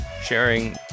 sharing